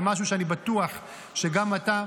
זה משהו שאני בטוח שגם אתה,